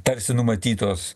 tarsi numatytos